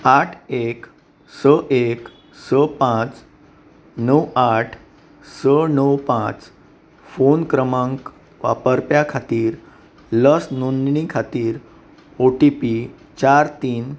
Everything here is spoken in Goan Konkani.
आठ एक स एक स पांच णव आठ स णव पांच फोन क्रमांक वापरप्यां खातीर लस नोंदणी खातीर ओ टी पी चार तीन